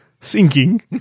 Sinking